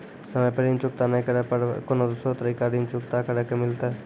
समय पर ऋण चुकता नै करे पर कोनो दूसरा तरीका ऋण चुकता करे के मिलतै?